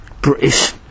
British